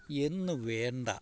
എന്നു വേണ്ട